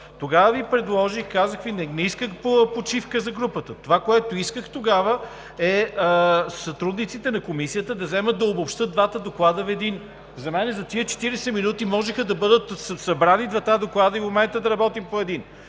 Тогава Ви предложих, не исках почивка за групата. Това, което исках тогава, е сътрудниците на Комисията да вземат да обобщят двата доклада в един. За мен за тези 40 минути можеха да бъдат събрани двата доклада и в момента да работим по един.